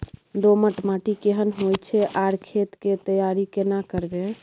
दोमट माटी केहन होय छै आर खेत के तैयारी केना करबै?